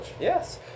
yes